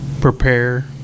prepare